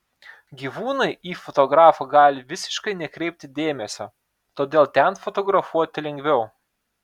gyvūnai į fotografą gali visiškai nekreipti dėmesio todėl ten fotografuoti lengviau